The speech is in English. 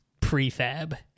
Prefab